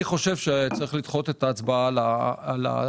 אני חושב שצריך לדחות את ההצבעה על הנושא